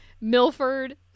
Milford